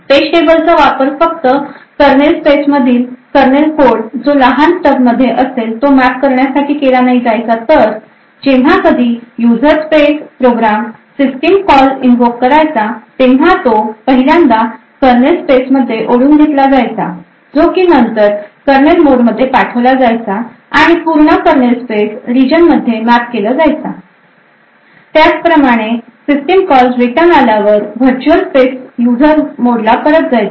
page टेबलचा वापर फक्त करनेल स्पेस मधील करनेल कोड जो लहान stub मध्ये असेल तो मॅप करण्यासाठी केला नाही जायचा तर जेव्हा कधी user space program system call invoke करायचा तेव्हा तो पहिल्यांदा करनेल स्पेस मध्ये ओढून घेतला जायचा जो की नंतर करनेल मोड मध्ये पाठवला जायचा आणि पूर्ण करनेल स्पेस रिजनमध्ये मॅप केला जायचा त्याप्रमाणे सिस्टीम कॉल रिटन आल्यावर वर्च्युअल स्पेस यूजर मोड ला परत जायचा